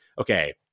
okay